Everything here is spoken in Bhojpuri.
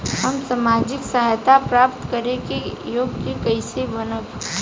हम सामाजिक सहायता प्राप्त करे के योग्य कइसे बनब?